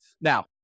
Now